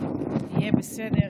"יהיה בסדר",